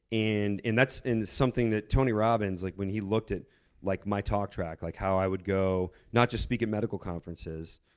and and that's into something that tony robbins, like when he looked at like my talk track, like how i would go not just speak at medical conferences,